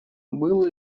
был